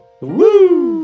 Woo